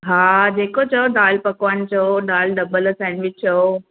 हा जेको चओ दाल पकवान चओ दाल डॿल सैंडविच चओ